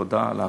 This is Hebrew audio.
תודה על ההקשבה.